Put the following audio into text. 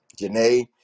Janae